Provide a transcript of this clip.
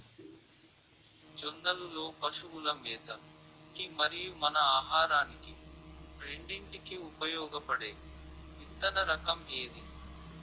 జొన్నలు లో పశువుల మేత కి మరియు మన ఆహారానికి రెండింటికి ఉపయోగపడే విత్తన రకం ఏది?